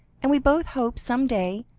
and we both hope, some day,